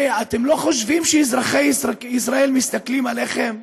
אתם לא חושבים שאזרחי ישראל מסתכלים עליכם?